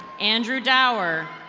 andrew dauer.